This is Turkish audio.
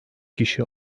kişi